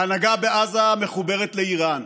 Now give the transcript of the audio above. ההנהגה בעזה מחוברת לאיראן.